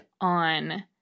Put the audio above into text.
on